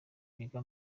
biga